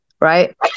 Right